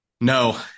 No